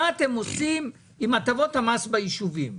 מה אתם עושים עם הטבות המס לישובים,